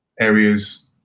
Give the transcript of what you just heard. areas